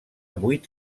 vuit